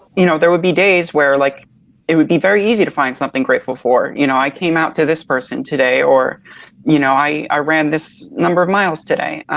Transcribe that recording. you know, there would be days where like it would be very easy to find something grateful for. you know i came out to this person today or you know i i ran this number of miles today.